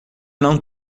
não